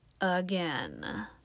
again